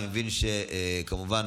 המחנה